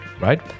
right